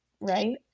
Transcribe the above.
right